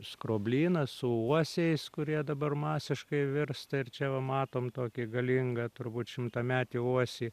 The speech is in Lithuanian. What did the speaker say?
skroblynas su uosiais kurie dabar masiškai virsta ir čia va matom tokį galingą turbūt šimtametį uosį